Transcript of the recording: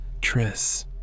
Tris